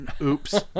Oops